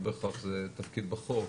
לא בהכרח זה תפקיד בחוק,